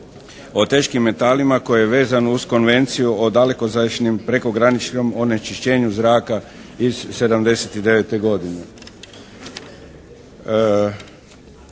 o teškim metalima koji je vezan uz Konvenciju o dalekozračnim prekograničnom onečišćenju zraka iz 1979. godine.